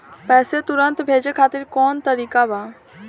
पैसे तुरंत भेजे खातिर कौन तरीका बा?